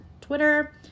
Twitter